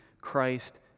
Christ